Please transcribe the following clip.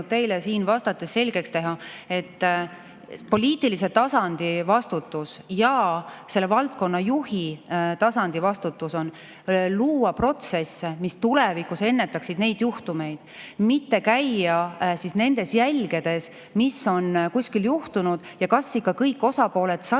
teile siin vastates selgeks teha, et poliitilise tasandi vastutus ja selle valdkonna juhi vastutus on luua protsess, mis tulevikus ennetaks neid juhtumeid, mitte käia neid jälgi mööda uurimas, mis on kuskil juhtunud ja kas ikka kõik osapooled said